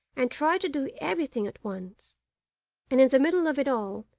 and tried to do everything at once and, in the middle of it all,